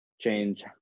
change